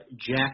Jack